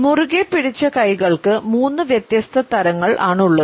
മുറുകെപ്പിടിച്ച കൈകൾക്ക് മൂന്ന് വ്യത്യസ്ത തരങ്ങൾ ആണുള്ളത്